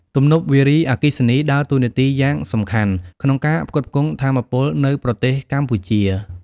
ទំនប់វារីអគ្គិសនីដើរតួនាទីយ៉ាងសំខាន់ក្នុងការផ្គត់ផ្គង់ថាមពលនៅប្រទេសកម្ពុជា។